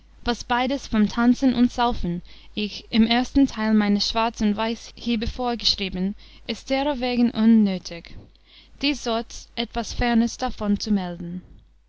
was beides vom tanzen und saufen ich im ersten teil meines schwarz und weiß hiebevor geschrieben ist derowegen unnötig diesorts etwas ferners davon zu melden